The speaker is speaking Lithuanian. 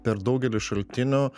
per daugelį šaltinių